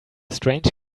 strange